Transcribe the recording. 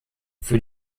für